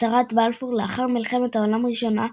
הצהרת בלפור, לאחר מלחמת העולם הראשונה,